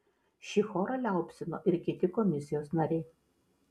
šį chorą liaupsino ir kiti komisijos nariai